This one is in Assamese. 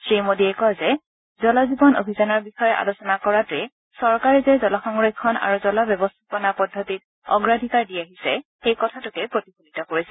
শ্ৰীমোডীয়ে কয় যে জল জীৱন অভিযানৰ বিষয়ে আলোচনা কৰাটোৱে চৰকাৰে যে জল সংৰক্ষণ আৰু জল ব্যৱস্থাপনা পদ্ধতিত অগ্ৰাধিকাৰ দি আহিছে সেই কথাটোকে প্ৰতিফলিত কৰিছে